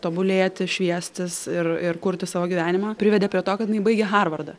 tobulėti šviestis ir ir kurti savo gyvenimą privedė prie to kad jinai baigė harvardą